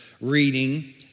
reading